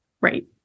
Right